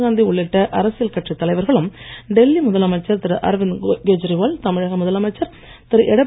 சோனியாகாந்தி உள்ளிட்ட அரசியல் கட்சித் தலைவர்களும் டெல்லி முதலமைச்சர் திரு அரவிந்த் கெஜ்ரிவால் தமிழக முதலமைச்சர் திரு